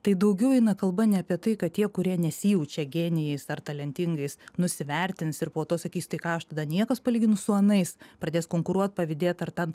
tai daugiau eina kalba ne apie tai kad tie kurie nesijaučia genijais ar talentingais nusivertins ir po to sakys tai ką aš tada niekas palyginus su anais pradės konkuruot pavydėt ar ten